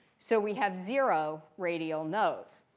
so we have zero radial nodes.